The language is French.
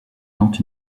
tente